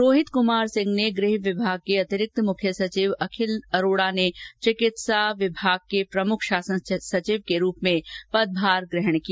रोहित कुमार सिंह ने गुह विभाग के अतिरिक्त मुख्य सचिव अखिल अरोड़ा ने चिकित्सा स्वास्थ्य विभाग प्रमुख शासन संचिव के रूप में पदभार ग्रहण किया